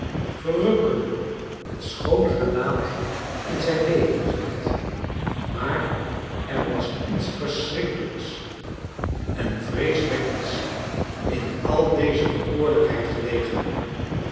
verrukkelijk het schoon gelaat in zijn levendigheid maar er was iets verschrikkelijks en vreeswekkends in al deze bekoorlijkheid gelegen